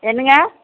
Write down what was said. என்னங்க